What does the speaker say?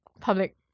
public